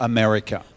America